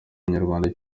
umunyarwanda